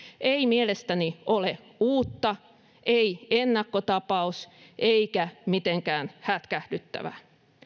ei mielestäni ole uutta ei ennakkotapaus eikä mitenkään hätkähdyttävää